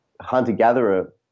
hunter-gatherer